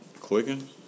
Clicking